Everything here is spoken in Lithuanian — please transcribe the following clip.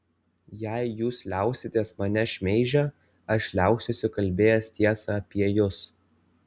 jei jūs liausitės mane šmeižę aš liausiuosi kalbėjęs tiesą apie jus